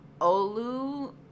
Olu